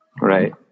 Right